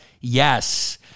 Yes